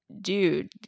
dude